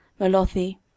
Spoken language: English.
Melothi